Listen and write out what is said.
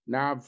Now